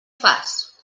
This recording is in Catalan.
fas